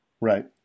Right